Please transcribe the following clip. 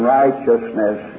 righteousness